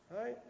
right